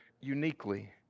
uniquely